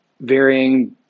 varying